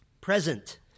Present